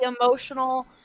emotional